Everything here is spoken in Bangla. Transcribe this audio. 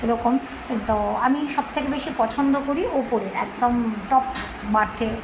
এ রকম তো আমি সব থেকে বেশি পছন্দ করি উপরের একদম টপ বার্থে